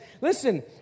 listen